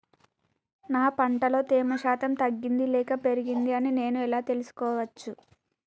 నా పంట లో తేమ శాతం తగ్గింది లేక పెరిగింది అని నేను ఎలా తెలుసుకోవచ్చు?